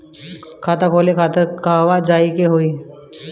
खाता खोले खातिर कहवा जाए के होइ?